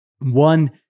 one